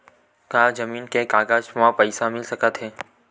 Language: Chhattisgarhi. का जमीन के कागज म पईसा मिल सकत हे?